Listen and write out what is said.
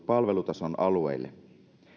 palvelutason alueille